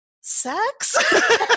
sex